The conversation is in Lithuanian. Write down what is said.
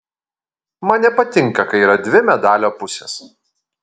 man nepatinka kai yra dvi medalio pusės